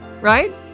right